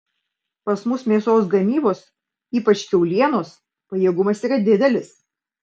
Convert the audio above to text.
pas mus mėsos gamybos ypač kiaulienos pajėgumas yra didelis